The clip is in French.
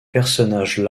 personnages